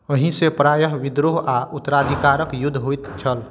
एहिसँ प्रायः विद्रोह आओर उत्तराधिकारके युद्ध होइत छल